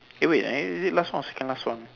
hey wait eh is it last one or second last one